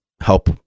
help